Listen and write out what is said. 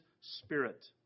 spirit